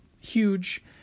huge